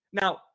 Now